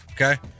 okay